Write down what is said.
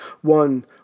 one